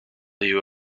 you